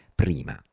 prima